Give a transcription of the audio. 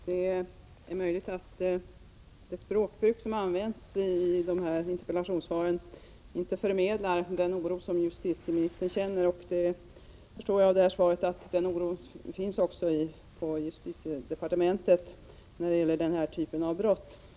Herr talman! Det är möjligt att språkbruket i interpellationssvaret inte förmedlar den oro som justitieministern känner. Jag förstår av svaret att oro finns också på justitiedepartementet i fråga om denna typ av brott.